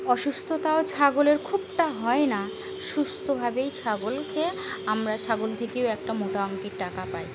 অসুস্থতাও ছাগলের খুবটা হয় না সুস্থভাবেই ছাগলকে আমরা ছাগল থেকেও একটা মোটা অঙ্কের টাকা পাই